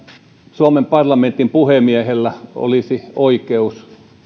suomen parlamentin puhemiehellä olisi oikeus